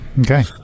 Okay